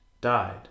died